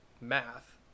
math